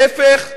להיפך,